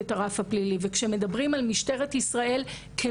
הוא מודל שיש עליו עכשיו חשיבה,